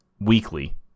weekly